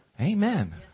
amen